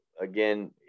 again